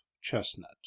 Chestnut